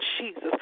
Jesus